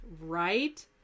Right